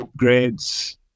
upgrades